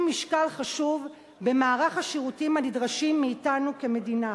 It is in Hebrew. משקל חשוב במערך השירותים הנדרשים מאתנו כמדינה.